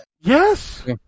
Yes